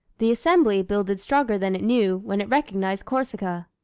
the assembly, builded stronger than it knew, when it recognized corsica!